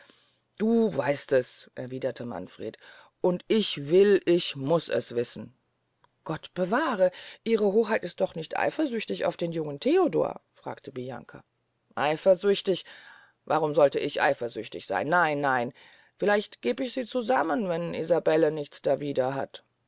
du weißt es erwiederte manfred und ich will ich muß es wissen gott bewahre ihre hoheit ist doch nicht eifersüchtig auf den jungen theodor fragte bianca eifersüchtig warum solte ich eifersüchtig seyn nein nein vielleicht geb ich sie zusammen wenn isabelle nichts dawider hat